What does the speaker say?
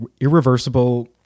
irreversible